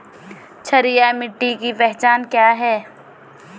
क्षारीय मिट्टी की पहचान क्या है?